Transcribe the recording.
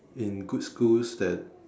in good schools that